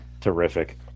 terrific